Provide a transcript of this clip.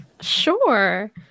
Sure